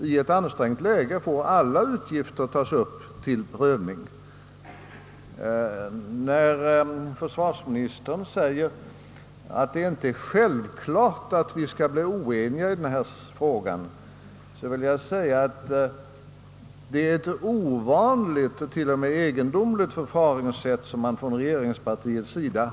I ett ansträngt läge får alla utgifter tas upp till prövning. När försvarsministern säger att det inte är självklart att vi skall bli oeniga i denna fråga, vill jag svara att det i så fall är ett ovanligt, till och med egendomligt förfaringssätt som regeringspartiet här tillämpat.